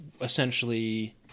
essentially